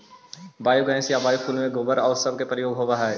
biogas या biofuel में गोबर आउ सब के प्रयोग होवऽ हई